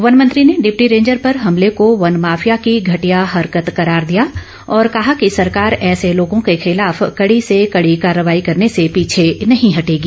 वनमंत्री ने deputy ranger पर हमले को वन माफिया की घटिया हरकत करार दिया और कहा कि सरकार ऐसे लोगों के खिलाफ कड़ी से कड़ी कार्रवाई करने से पीछे नहीं हटेगी